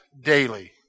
daily